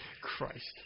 Christ